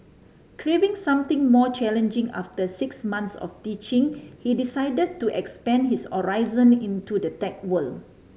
craving something more challenging after six months of teaching he decided to expand his horizon into the tech world